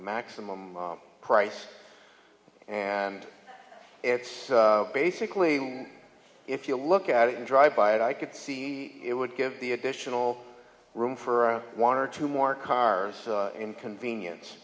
maximum price and it's basically if you look at it and drive by it i could see it would give the additional room for one or two more cars in convenience